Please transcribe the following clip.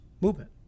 movement